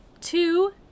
two